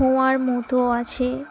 কুয়োর মতো আছে